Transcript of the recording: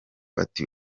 ati